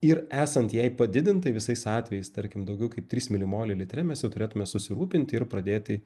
ir esant jai padidintai visais atvejais tarkim daugiau kaip trys milimoliai litre mes jau turėtume susirūpinti ir pradėti